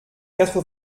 quatre